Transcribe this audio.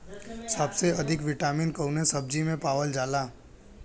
सबसे अधिक विटामिन कवने सब्जी में पावल जाला?